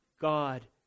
God